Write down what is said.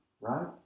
right